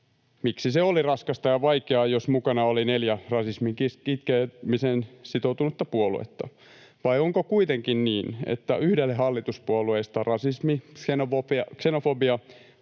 Miksi se oli raskasta ja vaikeaa, jos mukana oli neljä rasismin kitkemiseen sitoutunutta puoluetta? Vai onko kuitenkin niin, että yhdelle hallituspuolueista rasismi, ksenofobia,